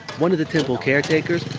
one of the temple caretakers